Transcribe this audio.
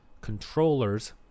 Controllers